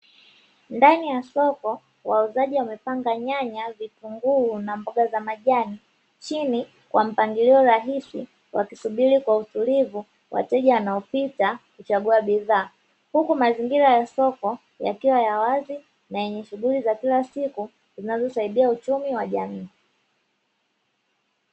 Ndani ya soko wauzaji wamepanga nyanya, vitunguu na mboga za majani, chini kwa mpangilio rahisi wakisubiri kwa utulivu wateja wanaopita kuchagua bidhaa. Huku mazingira ya soko yakiwa ya wazi na yenye shughuli za kila siku zinazosaidia uchumi wa jamii.